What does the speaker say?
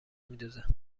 میدوزه